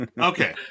Okay